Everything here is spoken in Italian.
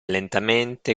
lentamente